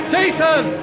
Jason